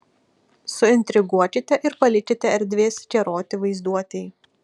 suintriguokite ir palikite erdvės keroti vaizduotei